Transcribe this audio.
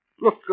Look